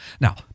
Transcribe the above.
Now